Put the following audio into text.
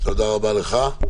תודה רבה לך.